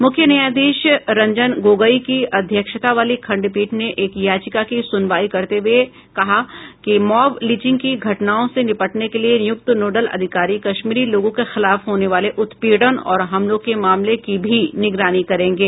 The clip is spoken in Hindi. मुख्य न्यायाधीश रंजन गोगोई की अध्यक्षता वाली खंडपीठ ने एक याचिका की सुनवाई करते हुए कहा कि मॉब लिंचिंग की घटनाओं से निपटने के लिए नियुक्त नोडल अधिकारी कश्मीरी लोगों के खिलाफ होने वाले उत्पीड़न और हमलों के मामलों की भी निगरानी करेंगे